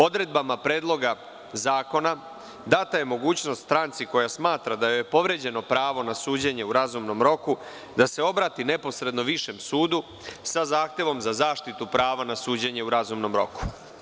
Odredbama predloga zakona, data je mogućnost stranci koja smatra da joj je povređeno pravo na suđenje u razumnom roku, da se obrati višem sudu, sa zahtevom zaštite prava na suđenje u razumnom roku.